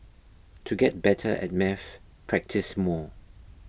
to get better at maths practise more